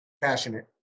Passionate